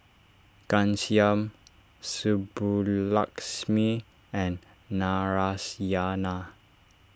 Ghanshyam Subbulakshmi and Narayana